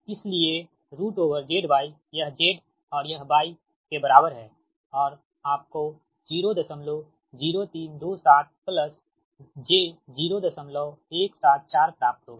इसलिए ZYयह Z और यह Y के बराबर है और आपको 00327 j 0174 प्राप्त होगा